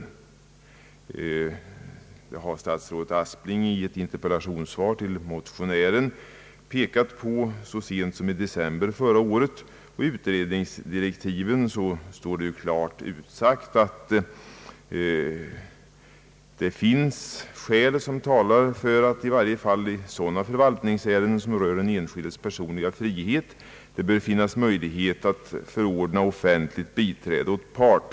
Det har dessutom statsrådet Aspling i ett interpellationssvar till en av motionärerna framhållit så sent som i december förra året. I utredningsdirektiven står också klart utsagt att det finns skäl som talar för att det i varje fall i sådana förvaltningsärenden som rör den enskildes personliga frihet bör finnas möjlighet att förordna offentligt biträde åt part.